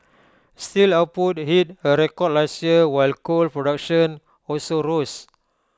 steel output hit A record last year while coal production also rose